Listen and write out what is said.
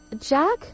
Jack